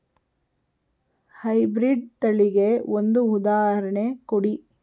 High breed ತಳಿಗೆ ಒಂದು ಉದಾಹರಣೆ ಕೊಡಿ?